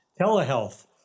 telehealth